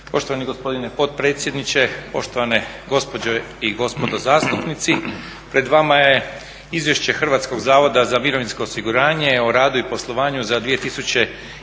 Poštovani gospodine potpredsjedniče, poštovane gospođe i gospodo zastupnici. Pred vama je Izvješće Hrvatskog zavoda za mirovinsko osiguranje o radu i poslovanju za 2013.